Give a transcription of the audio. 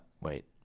wait